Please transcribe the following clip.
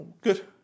Good